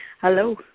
Hello